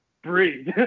breathe